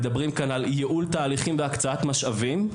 על ייעול תהליכים והקצאת משאבים.